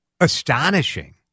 astonishing